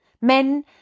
Men